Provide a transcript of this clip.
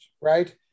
right